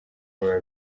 biba